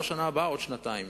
לא בשנה הבאה, בעוד שנתיים.